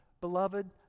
Beloved